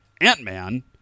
Ant-Man